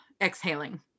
exhaling